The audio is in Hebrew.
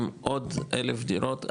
אם עוד אלף דירות,